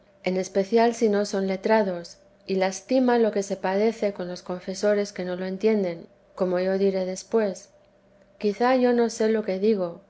en especial si no son letrados y lastima lo que se padece con los confesores que no lo entienden como yo diré después quizá yo no sé lo que digo